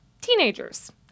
teenagers